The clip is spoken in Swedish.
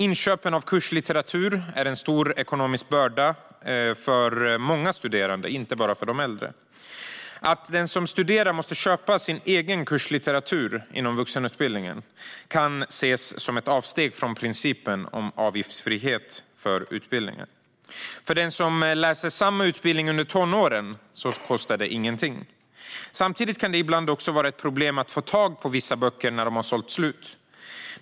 Inköpen av kurslitteratur är en stor ekonomisk börda för många studerande, inte bara för de äldre. Att den som studerar inom vuxenutbildningen måste köpa sin egen kurslitteratur kan ses som ett avsteg från principen om avgiftsfrihet för utbildningen. För den som läser samma utbildning under tonåren kostar det ingenting. Samtidigt kan det ibland också vara problem att få tag på vissa böcker när de har sålt slut.